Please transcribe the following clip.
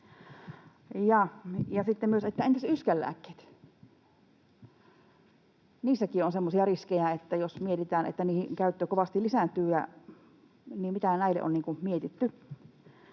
sitten yskänlääkkeet? Niissäkin on semmoisia riskejä, jos mietitään, että niiden käyttö kovasti lisääntyy. Mitä näille on mietitty?